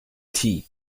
tea